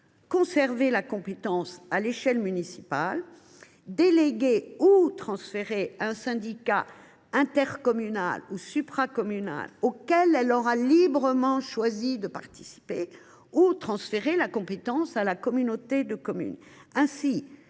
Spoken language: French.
conserver la compétence à l’échelon municipale ; déléguer ou transférer à un syndicat intercommunal ou supracommunal auquel elle aura librement choisi de participer ; transférer la compétence à la communauté de communes.